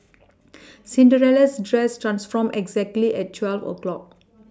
Cinderella's dress transformed exactly at twelve o' clock